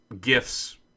gifts